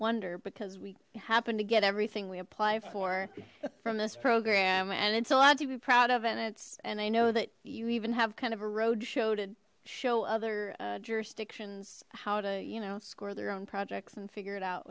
mostarda because we happen to get everything we apply for from this program and it's a lot to be proud of and it's and i know that you even have kind of a road show to show other jurisdictions how to you know score their own projects and figure it out